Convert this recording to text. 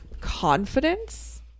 confidence